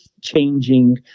changing